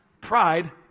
Pride